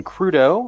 Crudo